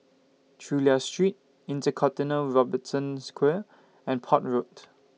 Chulia Street InterContinental Robertson's Quay and Port Road